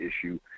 issue